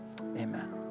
Amen